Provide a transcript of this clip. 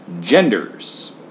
Genders